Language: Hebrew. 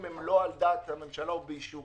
אם הן לא על דעת הממשלה ובאישורה,